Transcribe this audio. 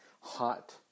hot